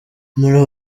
muri